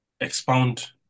expound